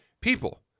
People